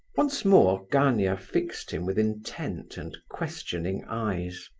once more gania fixed him with intent and questioning eyes.